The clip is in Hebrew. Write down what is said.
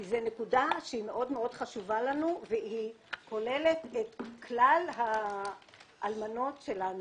כי זו נקודה שחשובה לנו מאוד מאוד והיא כוללת את כלל האלמנות שלנו,